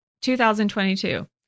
2022